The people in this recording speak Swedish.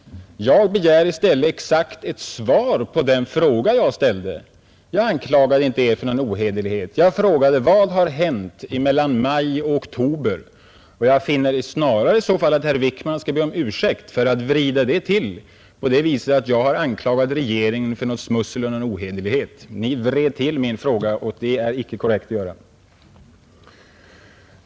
Jag begär i stället ett exakt svar på den fråga som jag ställde. Jag anklagade inte Er för någon ohederlighet. Jag frågade: Vad har hänt mellan maj och oktober? Jag finner att det snarare är herr Wickman som skall be om ursäkt för att han vrider det till att jag skulle ha anklagat regeringen för smussel och ohederlighet. Ni vrider till min fråga, och det är inte korrekt att göra så.